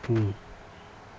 mm